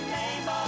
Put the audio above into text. name